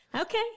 Okay